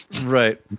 Right